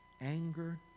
Anger